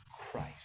Christ